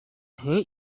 hurt